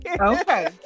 Okay